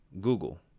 Google